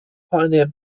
pioneered